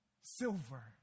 silver